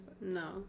No